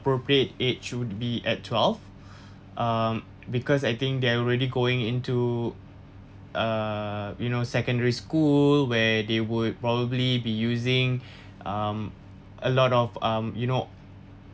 appropriate age would be at twelve um because I think they're already going into uh you know secondary school where they would probably be using um a lot of um you know